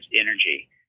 energy